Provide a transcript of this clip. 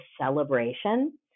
celebration